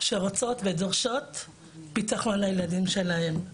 שרוצות ודורשות ביטחון לילדים שלהם.